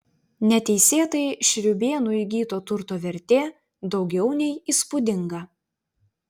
neteisėtai šriūbėnų įgyto turto vertė daugiau nei įspūdinga